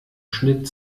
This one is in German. schnitt